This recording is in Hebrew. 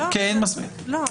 כי אין מספיק --- לא.